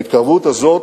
ההתקרבות הזו